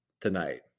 tonight